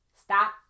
Stop